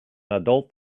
adult